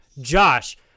Josh